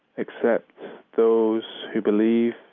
except those who believe,